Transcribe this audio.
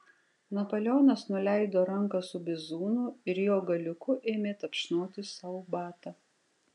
napoleonas nuleido ranką su bizūnu ir jo galiuku ėmė tapšnoti sau batą